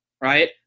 right